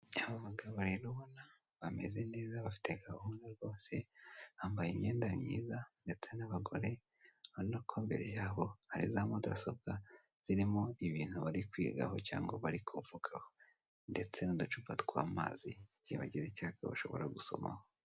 Aba bagabo rero ubona bameze neza bafite gahunda rwose, bambaye imyenda myiza ndetse n'abagore, urabona ko imbere yabo hari za mudasobwa zirimo ibintu bari kwigaho, cyangwa bari kuvugaho. Ndetse n'uducupa tw'amazi igihe bagize icyaka bashobora gusomaho.